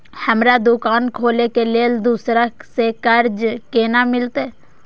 हमरा दुकान खोले के लेल दूसरा से कर्जा केना मिलते?